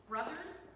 Brothers